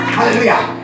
Hallelujah